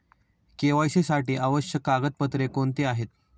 KYC साठी आवश्यक कागदपत्रे कोणती आहेत?